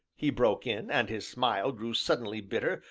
he broke in, and his smile grew suddenly bitter,